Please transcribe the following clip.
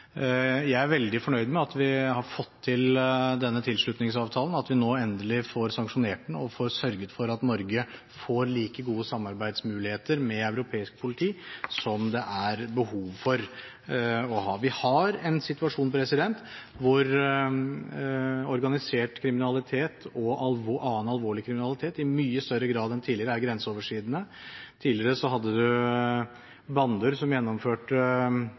Jeg er veldig fornøyd med at vi har fått til denne tilslutningsavtalen, at vi nå endelig får sanksjonert den og får sørget for at Norge får så gode samarbeidsmuligheter med europeisk politi som det er behov for å ha. Vi har en situasjon hvor organisert kriminalitet og annen alvorlig kriminalitet i mye større grad enn tidligere er grenseoverskridende. Tidligere hadde man bander som gjennomførte